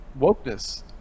Wokeness